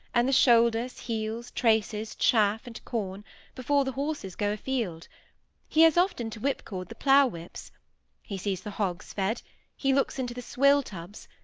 and the shoulders, heels, traces, chaff, and corn before the horses go a-field he has often to whip-cord the plough-whips he sees the hogs fed he looks into the swill-tubs,